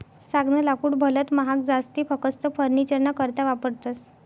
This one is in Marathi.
सागनं लाकूड भलत महाग जास ते फकस्त फर्निचरना करता वापरतस